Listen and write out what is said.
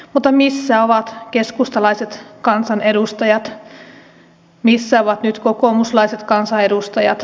mutta missä ovat keskustalaiset kansanedustajat missä ovat nyt kokoomuslaiset kansanedustajat